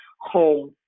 home